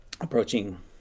approaching